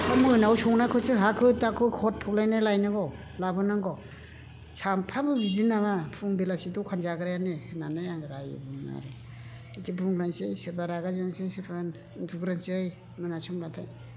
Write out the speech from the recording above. मा मोनायाव संनायखौसो हाखु दाखु हर थौलायनाय लायनांगौ लाबोनांगौ सानफ्रोमबो बिदिनो नामा फुं बेलासि दखान जाग्रायानो होननानै आं रायो बुङो आरो बिदि बुंलायनोसै सोरबा रागा जोंसै सोरबा उनदुग्रोनोसै मोना समबाथाय